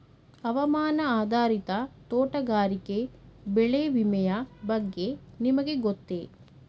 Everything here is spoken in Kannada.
ಹವಾಮಾನ ಆಧಾರಿತ ತೋಟಗಾರಿಕೆ ಬೆಳೆ ವಿಮೆಯ ಬಗ್ಗೆ ನಿಮಗೆ ಗೊತ್ತೇ?